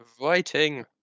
writing